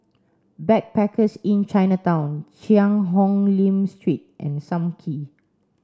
Backpackers Inn Chinatown Cheang Hong Lim Street and Sam Kee